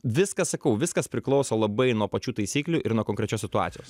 viskas sakau viskas priklauso labai nuo pačių taisyklių ir nuo konkrečios situacijos